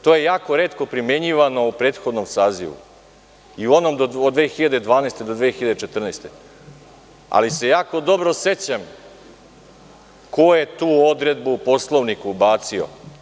To je jako retko primenjivano u prethodnom sazivu i u onom od 2012. do 2014. godine, ali se jako dobro sećam ko je tu odredbu u Poslovnik ubacio.